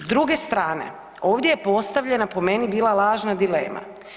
S druge strane ovdje je postavljena po meni bila lažna dilema.